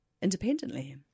Independently